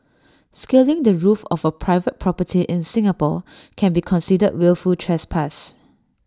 scaling the roof of A private property in Singapore can be considered wilful trespass